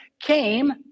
came